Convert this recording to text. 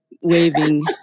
waving